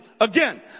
Again